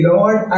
Lord